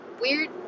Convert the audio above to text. weird